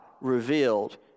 revealed